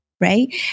Right